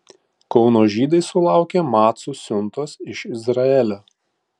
kauno žydai sulaukė macų siuntos iš izraelio